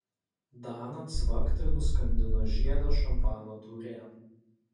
dana cvakt ir nuskandino žiedą šampano taurėn